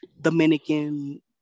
Dominican